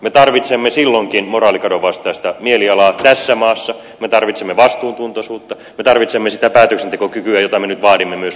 me tarvitsemme silloinkin moraalikadon vastaista mielialaa tässä maassa me tarvitsemme vastuuntuntoisuutta me tarvitsemme sitä päätöksentekokykyä jota me nyt vaadimme myös muilta